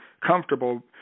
comfortable